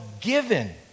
given